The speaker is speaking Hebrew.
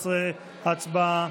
15. הצבעה.